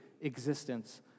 existence